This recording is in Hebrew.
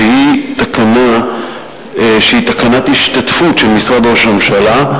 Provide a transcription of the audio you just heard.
שהיא תקנת השתתפות של משרד ראש הממשלה,